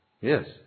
Yes